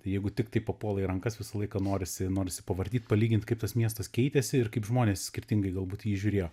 jeigu tiktai papuola į rankas visą laiką norisi norisi pavartyt palygint kaip tas miestas keitėsi ir kaip žmonės skirtingai galbūt į jį žiūrėjo